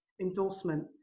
endorsement